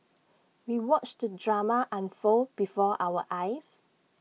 we watched the drama unfold before our eyes